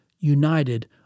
United